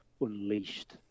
unleashed